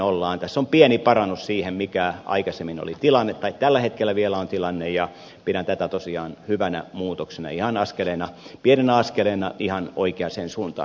tässä on pieni parannus siihen mikä aikaisemmin oli tilanne tai tällä hetkellä vielä on tilanne ja pidän tätä tosiaan hyvänä muutoksena pienenä askeleena ihan oikeaan suuntaan